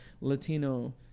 Latino